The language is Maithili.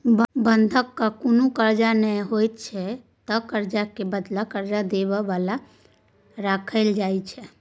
बंधक कुनु कर्जा नै होइत छै ई त कर्जा के बदला कर्जा दे बला लग राखल जाइत छै